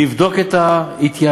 לבדוק את ההתייעלות,